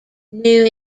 new